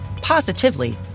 positively